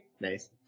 nice